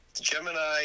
Gemini